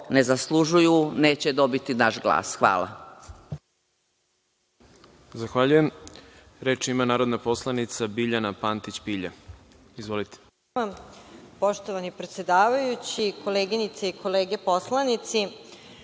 ne zaslužuju neće dobiti naš glas. Hvala.